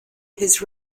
his